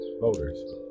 voters